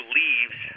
leaves